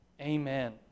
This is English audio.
amen